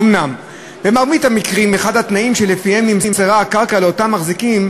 אומנם במרבית המקרים אחד התנאים שלפיהם נמסרה הקרקע לאותם מחזיקים,